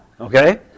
okay